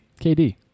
KD